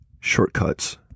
shortcuts